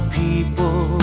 people